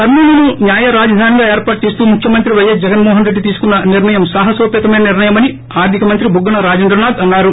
కర్నూలును న్యాయ రాజధానిగా ఏర్పాటు చేస్తూ ముఖ్యమంత్రి వైఎస్ జగన్మోహన్రెడ్డి తీసుకున్న నిర్లయం సాహోనోపీతమైన నిర్లయమని ఆర్ధిక మంత్రి బుగ్గన రాజేంద్రనాథ్ అన్నారు